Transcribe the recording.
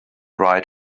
right